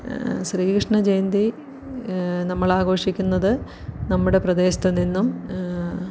ശ്രീകൃഷ്ണ ജയന്തി നമ്മളാഘോഷിക്കുന്നത് നമ്മുടെ പ്രദേശത്തു നിന്നും